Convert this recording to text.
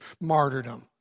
martyrdom